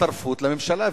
הצטרפות לממשלה.